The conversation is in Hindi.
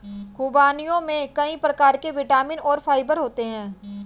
ख़ुबानियों में कई प्रकार के विटामिन और फाइबर होते हैं